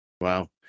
Wow